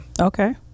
Okay